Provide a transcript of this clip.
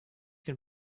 can